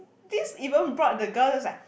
this even brought the girl is like